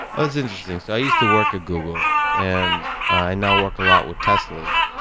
ah it's interesting. so i used to work at google, and i now work a lot with teslas,